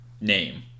name